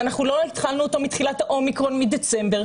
ואנחנו לא התחלנו אותו מתחילת האומיקרון מדצמבר.